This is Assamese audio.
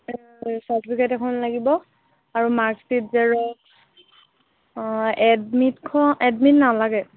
তাৰপিছত চাৰ্টিফিকেট এখন লাগিব আৰু মাৰ্ক্সচিট জেৰক্স অঁ এডমিটখন এডমিট নালাগে